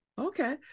Okay